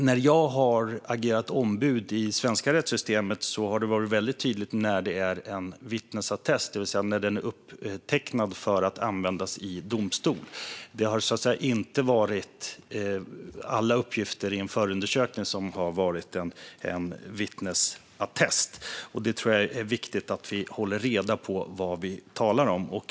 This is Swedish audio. När jag har agerat ombud i det svenska rättssystemet har det varit väldigt tydligt när det är en vittnesattest, det vill säga när den är upptecknad för att användas i domstol. Det har inte varit alla uppgifter i en förundersökning som har varit en vittnesattest. Jag tror att det är viktigt att vi håller reda på vad vi talar om.